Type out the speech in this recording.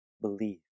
believe